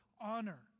Honor